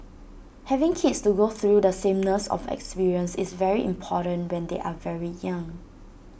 having kids to go through the sameness of experience is very important when they are very young